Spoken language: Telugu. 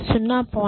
66 0